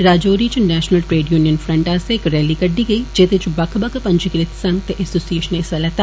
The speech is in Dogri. राजौरी च नैषनल ट्रेड यूनियन फ्रंट आस्सेआ इक रैली कड्डी गेई जेदे च बकख बक्ख पंजीकृत संघ ते ऐसोसिएषनें हिस्सा लेता